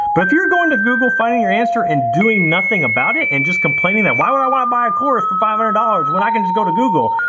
but if you're going to google, finding your answer and doing nothing about it, and just complaining that why would i want to buy a course for five hundred dollars when i could just go to google.